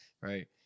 right